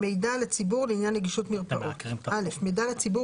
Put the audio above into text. מידע לציבור לעניין נגישות מרפאות מידע לציבור